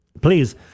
Please